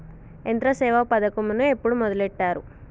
యంత్రసేవ పథకమును ఎప్పుడు మొదలెట్టారు?